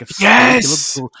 Yes